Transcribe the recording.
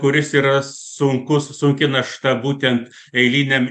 kuris yra sunkus sunki našta būtent eiliniam